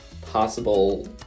possible